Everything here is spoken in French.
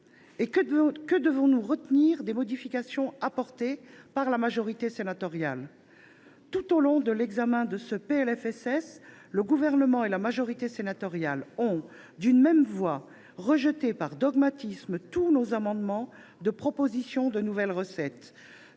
Que devons nous retenir des modifications apportées par la majorité sénatoriale ? Tout au long de l’examen de ce PLFSS, le Gouvernement et la majorité sénatoriale ont, d’une même voix, rejeté par dogmatisme tous nos amendements prévoyant de nouvelles recettes.